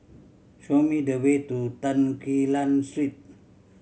show me the way to Tan Quee Lan Street